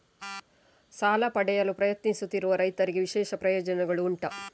ಸಾಲ ಪಡೆಯಲು ಪ್ರಯತ್ನಿಸುತ್ತಿರುವ ರೈತರಿಗೆ ವಿಶೇಷ ಪ್ರಯೋಜನೆಗಳು ಉಂಟಾ?